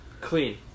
Clean